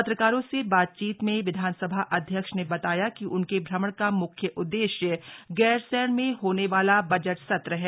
पत्रकारों से बातचीत में विधानसभाध्यक्ष ने बताया कि उनके भ्रमण का म्ख्य उद्देश्य गैरसैंण में होने वाला बजट सत्र है